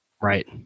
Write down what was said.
Right